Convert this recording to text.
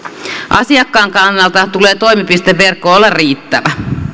asiakkaan kannalta tulee toimipisteverkon olla riittävä